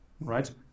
right